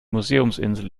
museumsinsel